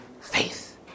faith